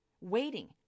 waiting